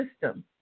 system